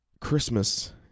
Christmas